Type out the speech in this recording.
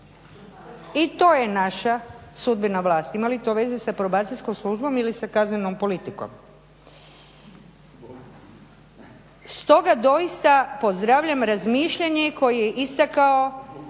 I to je naša sudbena vlast. Ima li to veze sa Probacijskom službom ili sa kaznenom politikom? Stoga doista pozdravljam razmišljanje koje je istakao